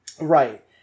Right